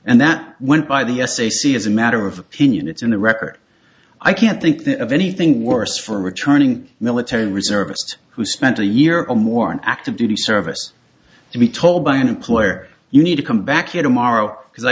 and that went by the s a c as a matter of opinion it's in the record i can't think of anything worse for returning military reservists who spent a year or more in active duty service and be told by an employer you need to come back here tomorrow because i